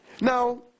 now